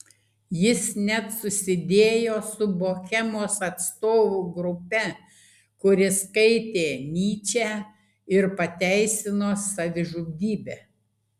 jis net susidėjo su bohemos atstovų grupe kuri skaitė nyčę ir pateisino savižudybę